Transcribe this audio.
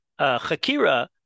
Chakira